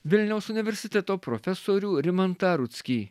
vilniaus universiteto profesorių rimantą rudzkį